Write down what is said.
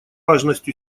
важность